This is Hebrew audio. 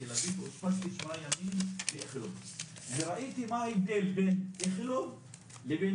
אושפזתי שבועיים ימים באיכילוב אני ראיתי מה ההבדל בין איכילוב לבין